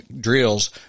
drills